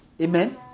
Amen